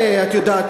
את יודעת,